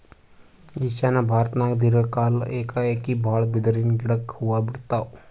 ಈಶಾನ್ಯ ಭಾರತ್ದಾಗ್ ದೀರ್ಘ ಕಾಲ್ಕ್ ಏಕಾಏಕಿ ಭಾಳ್ ಬಿದಿರಿನ್ ಗಿಡಕ್ ಹೂವಾ ಬಿಡ್ತಾವ್